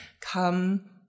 come